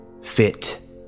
fit